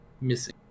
missing